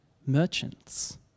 merchants